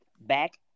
back